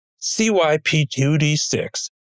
CYP2D6